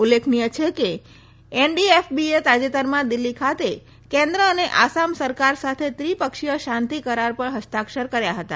ઉલ્લેખનીય છે કે એનડીએફબીએ તાજેતરમાં દિલ્હી ખાતે કેન્દ્ર અને આસામ સરકાર સાથે ત્રી પક્ષીય શાંતી કરાર ઉપર હસ્તાક્ષર કર્યા હતા